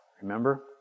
Remember